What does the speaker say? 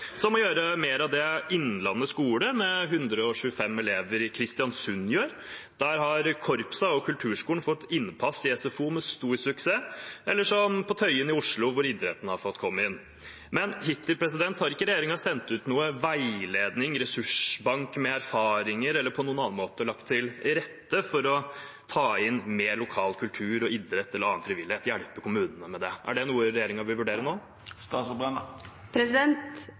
gjøre mer av det Innlandet skole, med 125 elever i Kristiansund, gjør. Der har korpsene og Kulturskolen fått innpass i SFO, med stor suksess, eller som på Tøyen i Oslo, hvor idretten har fått komme inn. Men hittil har ikke regjeringen sendt ut noen veiledning, en ressursbank med erfaringer eller på noen annen måte lagt til rette for å ta inn mer lokal kultur og idrett eller annen frivillighet – hjelpe kommunene med det. Er det noe regjeringen vil vurdere